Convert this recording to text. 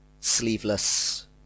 sleeveless